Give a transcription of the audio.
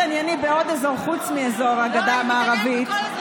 אם תתענייני בעוד אזור חוץ מאזור הגדה המערבית,